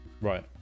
Right